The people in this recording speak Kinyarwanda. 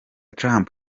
trump